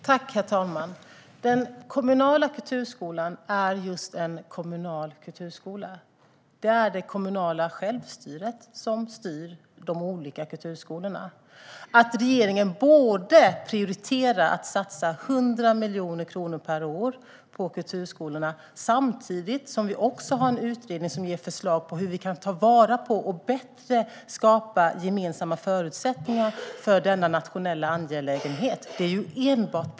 Herr talman! Den kommunala kulturskolan är just en kommunal kulturskola. Det är det kommunala självstyret som styr de olika kulturskolorna. Det är enbart positivt att regeringen både prioriterar att satsa 100 miljoner kronor per år på kulturskolorna samtidigt som vi har en utredning som ger förslag på hur vi kan ta vara på och bättre skapa gemensamma förutsättningar för denna nationella angelägenhet.